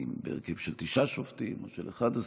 של תשעה שופטים, או של 11 שופטים,